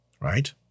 right